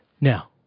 Now